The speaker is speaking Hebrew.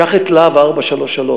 קח את "להב 433",